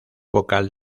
vocal